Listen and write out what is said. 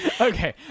Okay